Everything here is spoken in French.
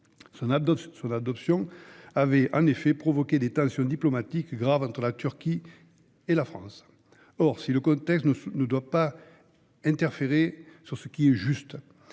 Son adoption avait en effet provoqué de graves tensions diplomatiques entre la France et la Turquie. Or, si le contexte ne doit pas interférer sur ce qui est juste,